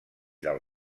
del